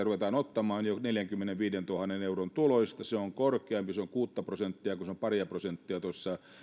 ruvetaan ottamaan jo neljänkymmenenviidentuhannen euron tuloista se on korkeampi se on kuutta prosenttia kun se on paria prosenttia tuossa